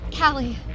Callie